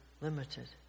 limited